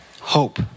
Hope